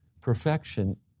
Perfection